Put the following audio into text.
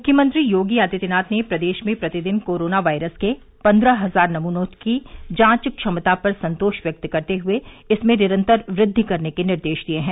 मुख्यमंत्री योगी आदित्यनाथ ने प्रदेश में प्रतिदिन कोरोना वायरस के पंद्रह हजार नमूनों की जांच क्षमता पर संतोष व्यक्त करते हुए इसमें निरन्तर वृद्वि करने के निर्देश दिए हैं